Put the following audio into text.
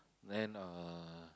then uh